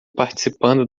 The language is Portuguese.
participando